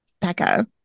Becca